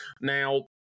Now